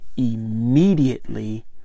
immediately